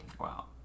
Wow